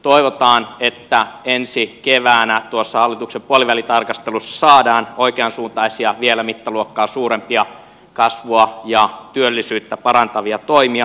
toivotaan että ensi keväänä tuossa hallituksen puolivälitarkastelussa saadaan oikeansuuntaisia vielä mittaluokkaa suurempia kasvua ja työllisyyttä parantavia toimia